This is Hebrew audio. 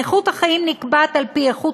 איכות החיים נקבעת על-פי איכות